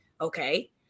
okay